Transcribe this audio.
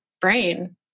brain